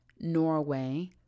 Norway